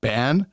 Ban